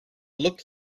looked